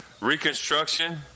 Reconstruction